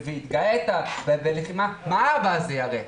והתגאית, מה האבא הזה יראה?